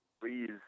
please